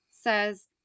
says